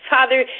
Father